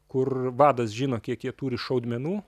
kur vadas žino kiek jie turi šaudmenų